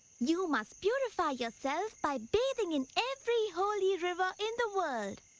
you must purify yourself by bathing in every holy river in the world.